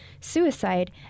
suicide